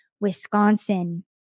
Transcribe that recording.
Wisconsin